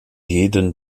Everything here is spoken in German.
jeden